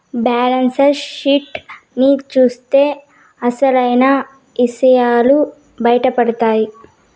balance sheet ని చూత్తే అసలైన ఇసయాలు బయటపడతాయి